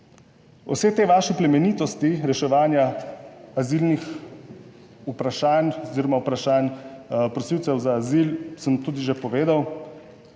Vse te vaše plemenitosti reševanja azilnih vprašanj oziroma vprašanj prosilcev za azil sem tudi že povedal,